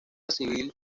civil